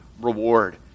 reward